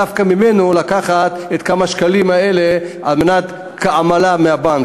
דווקא ממנו לקחת את כמה השקלים האלה כעמלה לבנק?